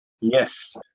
Yes